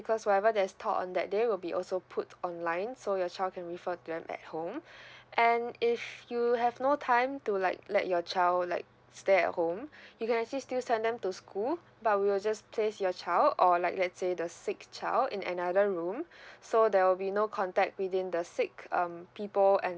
because whatever that's taught on that day will be also put online so your child can refer to them at home and if you have no time to like let your child like stay at home you can actually still send them to school but we will just place your child or like let's say the sick child in another room so there will be no contact within the sick um people and